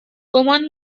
گمان